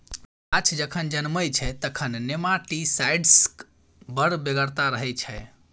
गाछ जखन जनमय छै तखन नेमाटीसाइड्सक बड़ बेगरता रहय छै